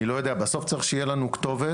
לא יודע: בסוף צריך שתהיה לנו כתובת,